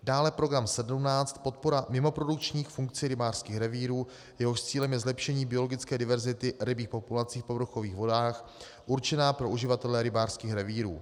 dále program 17 Podpora mimoprodukčních funkcí rybářských revírů, jehož cílem je zlepšení biologické diverzity rybích populací v povrchových vodách určená pro uživatele rybářských revírů.